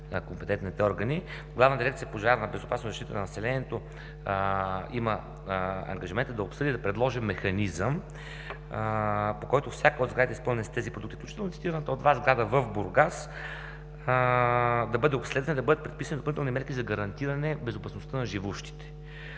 компетентните органи. Главна дирекция „Пожарна безопасност и защита на населението“ има ангажимента да обсъди и предложи механизъм, по който всяка от сградите, изпълнена с тези продукти, включително цитираната от Вас сграда в Бургас, да бъде обследвана и да бъдат предписани допълнителни мерки за гарантиране безопасността на живущите.